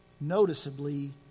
noticeably